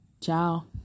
ciao